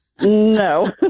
No